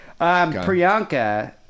Priyanka